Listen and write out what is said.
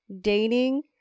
dating